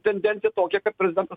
tendencija tokia kad prezidentas